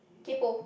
kaypo